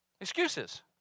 Excuses